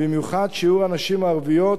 במיוחד שיעור הנשים הערביות,